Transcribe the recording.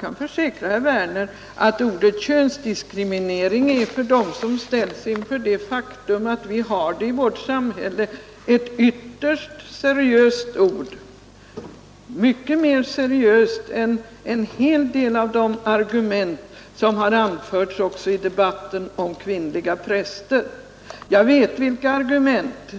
kan försäkra herr Werner att ordet könsdiskriminering för dem som ställts inför detta faktum är ett ytterst seriöst ord — mycket mer seriöst än en hel del av de argument: som har anförts i debatten om kvinnliga präster. Jag känner till argumenten.